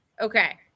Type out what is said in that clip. okay